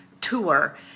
Tour